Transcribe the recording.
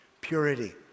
purity